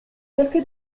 kelke